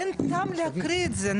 אין טעם להקריא את זה,